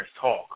talk